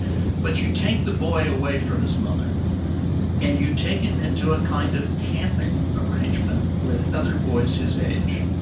but you take the boy away from his mother and you take them into a kind of camping arrangement with other boys his age